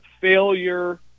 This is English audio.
failure